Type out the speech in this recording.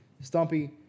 stumpy